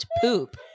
poop